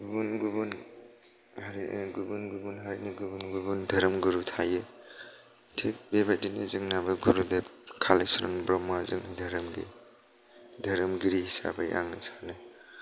गुबुन गुबुन हारि गुबुन गुबुन हारिनि गुबुन गुबुन धोरोम गुरु थायो थिक बेबादिनो जोंनाबो गुरुदेब कालिचरन ब्रह्मआ जोंनि धोरोमनि धोरोमगिरि हिसाबै आं सानो